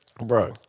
Bro